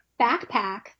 backpack